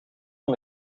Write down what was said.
van